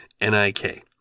N-I-K